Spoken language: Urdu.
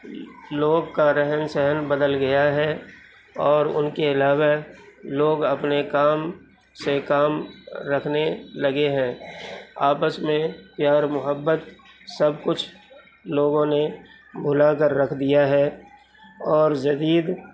لوگ کا رہن سہن بدل گیا ہے اور ان کے علاوہ لوگ اپنے کام سے کام رکھنے لگے ہیں آپس میں پیار محبت سب کچھ لوگوں نے بھلا کر رکھ دیا ہے اور جدید